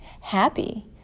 happy